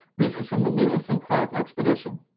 this is from the lewis and clark expedition.